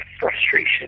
frustration